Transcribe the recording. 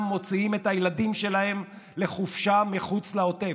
מוציאים את הילדים שלהם לחופשה מחוץ לעוטף,